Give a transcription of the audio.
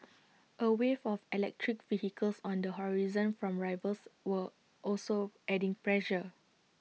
A wave of electric vehicles on the horizon from rivals were also adding pressure